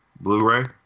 Blu-ray